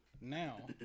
now